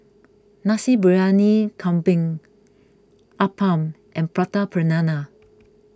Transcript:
Nasi Briyani Kambing Appam and Prata Banana